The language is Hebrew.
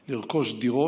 לרכוש דירות,